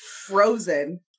Frozen